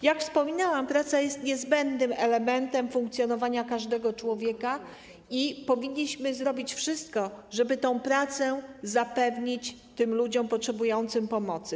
Jak wspominałam, praca jest niezbędnym elementem funkcjonowania każdego człowieka i powinniśmy zrobić wszystko, żeby tę pracę zapewnić ludziom potrzebującym pomocy.